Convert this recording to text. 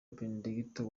benedigito